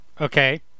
Okay